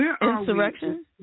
Insurrection